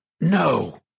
No